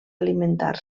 alimentar